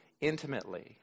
intimately